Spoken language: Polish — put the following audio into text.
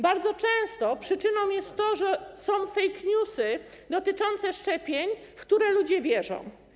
Bardzo często przyczyną tego jest to, że są fake newsy dotyczące szczepień, w które ludzie wierzą.